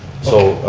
so,